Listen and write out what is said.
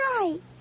right